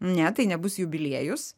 ne tai nebus jubiliejus